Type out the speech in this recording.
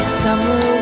summer